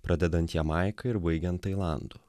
pradedant jamaika ir baigiant tailandu